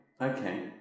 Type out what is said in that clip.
okay